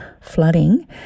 flooding